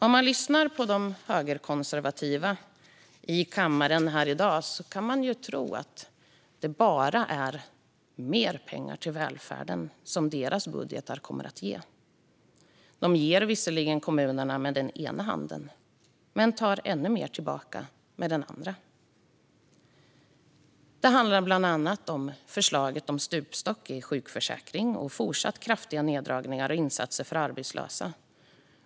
Om man lyssnar på de högerkonservativa i kammaren här i dag kan man tro att det bara är mer pengar till välfärden som deras budgetar skulle ge. De ger visserligen kommunerna med den ena handen men tar ännu mer tillbaka med den andra. Det handlar bland annat om förslaget om en stupstock i sjukförsäkringen och fortsatt kraftiga neddragningar av insatser för arbetslösa.